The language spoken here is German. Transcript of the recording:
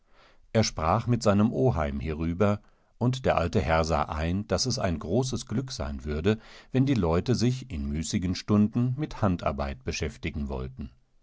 er sprach mit seinem oheim hierüber und der alte herr sah ein daß es ein großes glück sein würde wenn die leute sich in müßigen stunden mit handarbeit beschäftigen wollten